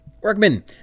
Workmen